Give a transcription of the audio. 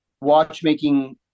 watchmaking